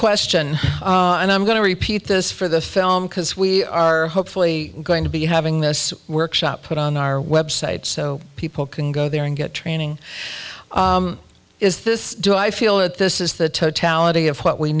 question and i'm going to repeat this for the film because we are hopefully going to be having this workshop put on our website so people can go there and get training is this do i feel that this is the totality of what we